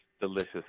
delicious